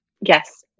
Yes